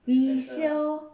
resale